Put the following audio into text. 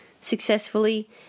successfully